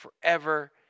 forever